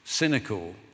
Cynical